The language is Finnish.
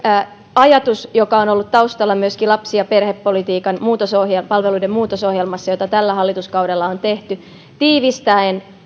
ajatus joka on ollut taustalla myöskin lapsi ja perhepolitiikan palveluiden muutosohjelmassa jota tällä hallituskaudella on tehty ja tiivistäen